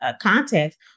Context